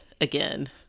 again